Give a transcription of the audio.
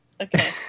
Okay